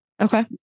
Okay